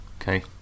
Okay